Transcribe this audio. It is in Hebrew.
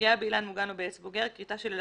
״פגיעה באילו מוגן או בעץ בוגר״ - כריתה של אילן